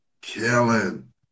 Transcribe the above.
killing